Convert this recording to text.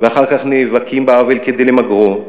ואחר כך נאבקים בעוול כדי למגרו,